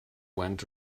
went